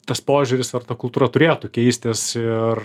tas požiūris ar ta kultūra turėtų keistis ir